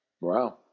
Wow